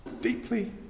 deeply